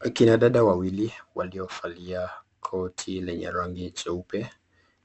Akina dada wawili waliovalia kote lenye rangi cheupe,